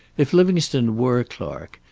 if livingstone were clark,